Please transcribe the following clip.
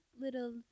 little